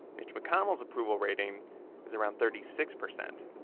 mitch mcconnell's approval rating is around thirty six percent,